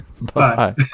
Bye